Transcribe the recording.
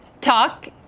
talk